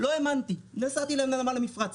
לא האמנתי, נסעתי לנמל המפרץ.